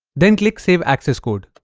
then click save access code